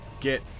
get